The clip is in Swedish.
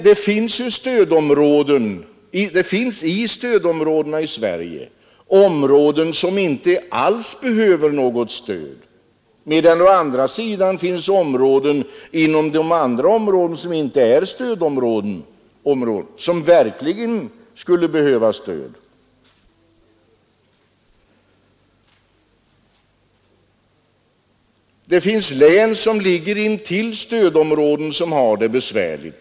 Det finns i stödområdena i Sverige regioner som inte alls behöver något stöd, medan det å andra sidan finns områden utanför stödområdena som verkligen skulle behöva stöd. Det finns län som ligger intill stödområden och som har det besvärligt.